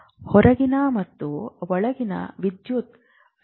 ಹೊರಗಿನ ಮತ್ತು ಒಳಗಿನ ವಿದ್ಯುತ್ ಶುಲ್ಕಗಳಲ್ಲಿ ವ್ಯತ್ಯಾಸವಿದೆ